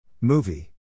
Movie